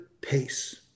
pace